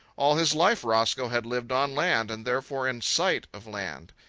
all his life roscoe had lived on land, and therefore in sight of land.